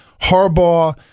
Harbaugh